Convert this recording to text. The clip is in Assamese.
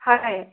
হয় হয়